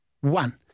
one